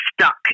stuck